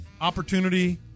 opportunity –